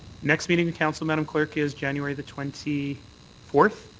next meeting of council, madame clerk, is january the twenty fourth?